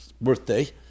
birthday